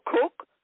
cook